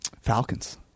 falcons